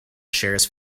shares